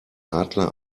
adler